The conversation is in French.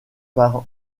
par